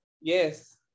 Yes